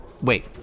Wait